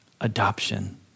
adoption